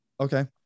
Okay